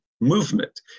movement